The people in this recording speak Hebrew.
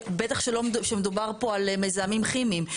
בטח שמדובר פה על מזהמים כימיים.